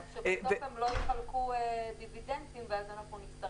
רק שבסוף הם לא יחלקו דיבידנדים, ואז אנחנו נצטרך